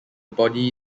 body